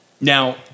Now